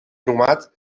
inhumat